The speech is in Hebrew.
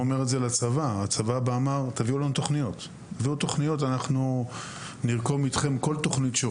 הצבא מבקש שנביא לו תוכניות והוא ירקום איתנו כל תוכנית.